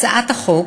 הצעת החוק